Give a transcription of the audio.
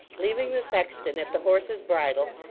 leaving the sexton at the horse's bridle,